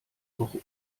woche